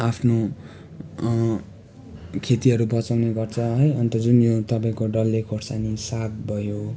आफ्नो खेतीहरू बचाउने गर्छ है अन्त जुन यो तपाईँको डल्ले खोर्सानी साग भयो